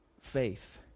Faith